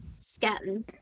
scatting